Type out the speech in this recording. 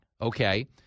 okay